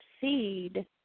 seed